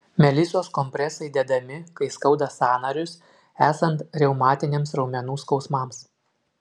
melisos kompresai dedami kai skauda sąnarius esant reumatiniams raumenų skausmams